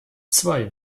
zwei